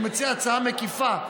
מציע הצעה מקיפה.